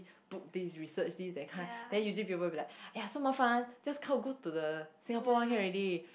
book this research this that kind then usually people will be like !aiya! so 麻烦 just go to the Singapore one can already